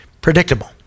predictable